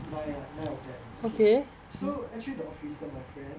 nine nine of them okay so actually the officer my friend